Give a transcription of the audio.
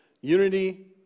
unity